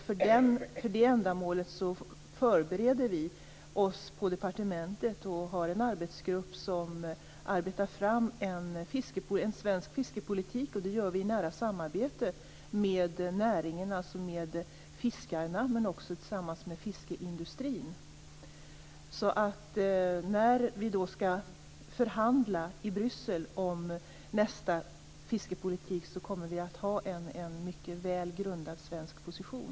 För det ändamålet förbereder vi oss på departementet och har en arbetsgrupp som arbetar fram en svensk fiskepolitik. Det gör vi i nära samarbete med näringen, alltså med fiskarna, men också tillsammans med fiskeindustrin. När vi skall förhandla i Bryssel om nästa fiskepolitik kommer vi att ha en mycket väl grundad svensk position.